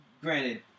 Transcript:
granted